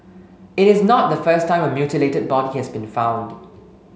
it is not the first time a mutilated body has been found